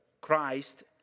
Christ